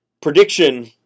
prediction